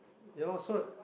ya lor so like